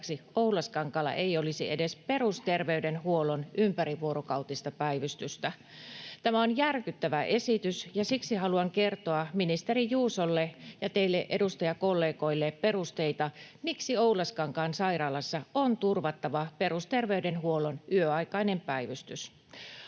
Oulaskankaalla ei olisi edes perusterveydenhuollon ympärivuorokautista päivystystä. Tämä on järkyttävä esitys, ja siksi haluan kertoa ministeri Juusolle ja teille edustajakollegoille perusteita, miksi Oulaskankaan sairaalassa on turvattava perusterveydenhuollon yöaikainen päivystys.